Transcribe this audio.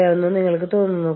വഴികാട്ടലും ഉപദേശവും